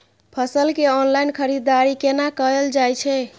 फसल के ऑनलाइन खरीददारी केना कायल जाय छै?